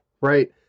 right